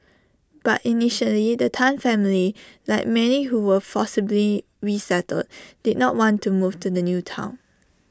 but initially the Tan family like many who were forcibly resettled did not want to move to the new Town